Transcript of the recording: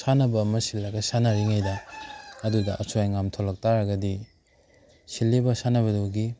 ꯁꯥꯟꯅꯕ ꯑꯃ ꯁꯤꯜꯂꯒ ꯁꯥꯟꯅꯔꯤꯉꯩꯗ ꯑꯗꯨꯗ ꯑꯁꯣꯏ ꯑꯉꯥꯝ ꯊꯣꯛꯂꯛ ꯇꯥꯔꯒꯗꯤ ꯁꯤꯜꯂꯤꯕ ꯁꯥꯟꯅꯕꯗꯨꯒꯤ